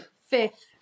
Fifth